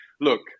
look